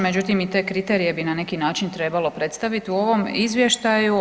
Međutim i te kriterije bi na neki način trebalo predstaviti u ovom izvještaju.